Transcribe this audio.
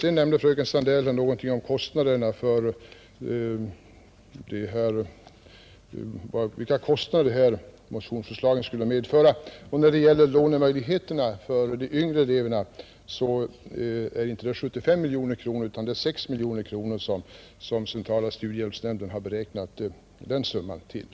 Fröken Sandell nämnde sedan någonting om vilka kostnader ett genomförande av motionsförslagen skulle medföra. När det gäller vidgade lånemöjligheter för de yngre eleverna är det inte 75 miljoner kronor utan 6 miljoner kronor som centrala studiehjälpsnämnden beräknat beloppet till.